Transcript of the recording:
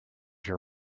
your